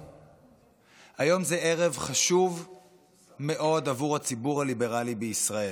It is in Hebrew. היום הוא ערב חשוב מאוד עבור הציבור הליברלי בישראל,